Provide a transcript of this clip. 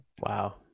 Wow